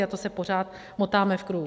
A to se pořád motáme v kruhu.